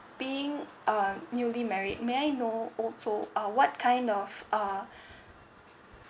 being uh newly married may I know also uh what kind of uh